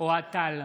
אוהד טל,